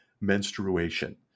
menstruation